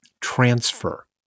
Transfer